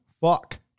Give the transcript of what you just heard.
fuck